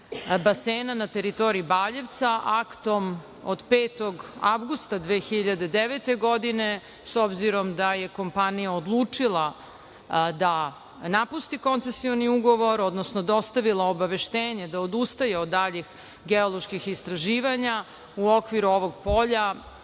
basena na teritoriji Baljevca aktom od 5. avgusta 2009. godine. S obzirom da je kompanija odlučila da napusti koncesioni ugovor, odnosno dostavila obaveštenje da odustaje od daljih geoloških istraživanja u okviru ovog polja,